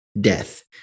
death